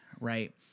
right